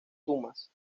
dumas